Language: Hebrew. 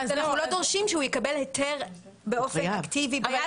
פשוט אנחנו לא דורשים שהוא יקבל היתר באופן אקטיבי.